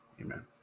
Amen